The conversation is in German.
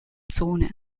zone